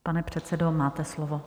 Pane předsedo, máte slovo.